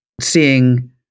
seeing